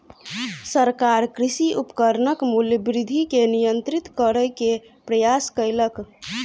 सरकार कृषि उपकरणक मूल्य वृद्धि के नियंत्रित करै के प्रयास कयलक